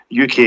UK